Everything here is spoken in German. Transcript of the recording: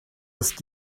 ist